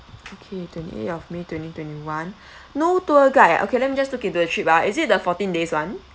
okay twenty eight of may twenty twenty one no tour guide ah okay let me just look into the trip ah is it the fourteen days [one]